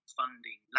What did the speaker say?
funding